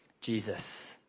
Jesus